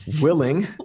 willing